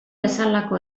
bezalako